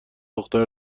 دختر